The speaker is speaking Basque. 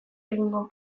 egingo